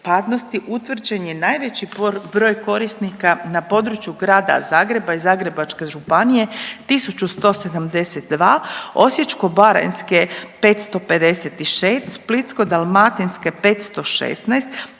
utvrđen je najveći broj korisnika na području Grada Zagreba i Zagrebačke županije 1.172, Osječko-baranjske 556, Splitsko-dalmatinske 516